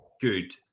good